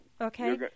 Okay